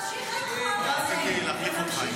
תצחיק אותי מדי פעם,